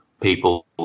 People